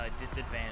disadvantage